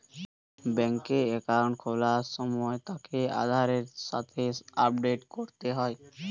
বেংকে একাউন্ট খোলার সময় তাকে আধারের সাথে আপডেট করতে হয়